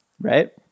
Right